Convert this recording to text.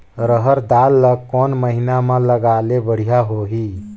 रहर दाल ला कोन महीना म लगाले बढ़िया होही?